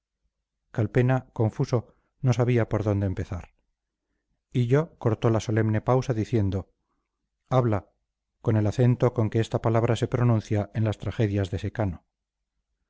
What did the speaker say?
todo calpena confuso no sabía por dónde empezar hillo cortó la solemne pausa diciendo habla con el acento con que esta palabra se pronuncia en las tragedias de secano